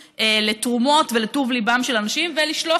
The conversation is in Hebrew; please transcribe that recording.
לתרומות ולטוב ליבם של אנשים ולשלוח,